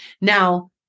Now